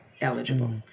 eligible